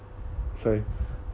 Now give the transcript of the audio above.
sorry